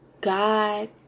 God